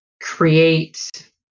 create